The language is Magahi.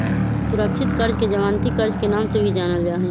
सुरक्षित कर्ज के जमानती कर्ज के नाम से भी जानल जाहई